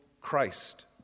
Christ